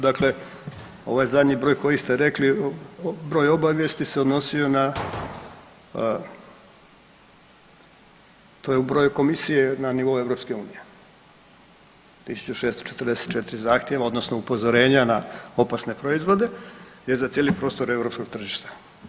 Dakle ovaj zadnji broj koji ste rekli, broj obavijesti se odnosio na to je broj komisije na nivou Europske Unije, 1644 zahtjeva, odnosno upozorenja na opasne proizvode je za cijeli prostor Europskog tržišta.